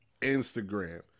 Instagram